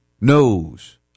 knows